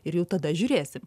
ir jau tada žiūrėsim